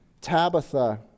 Tabitha